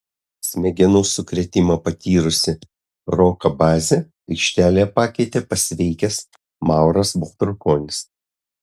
smegenų sukrėtimą patyrusį roką bazį aikštelėje pakeitė pasveikęs mauras baltrukonis